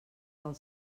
del